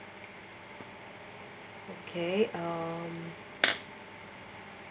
okay uh